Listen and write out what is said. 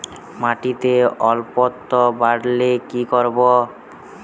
মাটিতে অম্লত্ব বাড়লে কি করব?